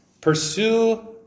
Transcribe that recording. Pursue